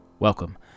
Welcome